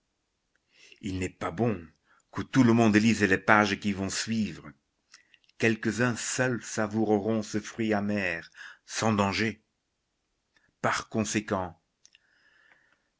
il n'est pas bon que tout le monde lise les pages qui vont suivre quelques-uns seuls savoureront ce fruit amer sans danger par conséquent